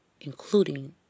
including